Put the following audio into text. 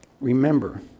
Remember